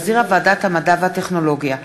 שהחזירה ועדת המדע והטכנולוגיה,